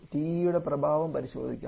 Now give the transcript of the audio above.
TE യുടെ പ്രഭാവം പരിശോധിക്കാം